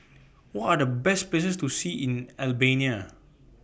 What Are The Best Places to See in Albania